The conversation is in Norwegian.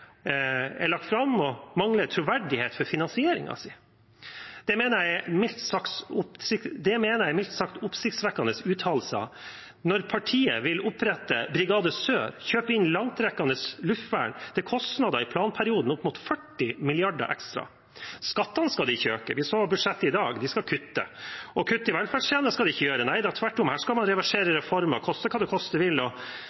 er lagt fram og mangler troverdighet for finansieringen. Det mener jeg er mildt sagt oppsiktsvekkende uttalelser når partiet vil opprette Brigade Sør og kjøpe inn langtrekkende luftvern til kostnader i planperioden på opp mot 40 mrd. kr ekstra. Skattene skal de ikke øke, vi så av budsjettet i dag at de skal kuttes. Og kutte i velferdstjenester skal de ikke gjøre. Neida, tvert imot – her skal man reversere